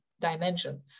dimension